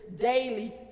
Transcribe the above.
daily